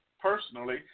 personally